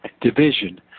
division